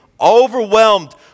overwhelmed